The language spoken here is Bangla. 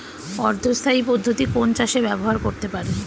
অর্ধ স্থায়ী পদ্ধতি কোন চাষে ব্যবহার করতে পারি?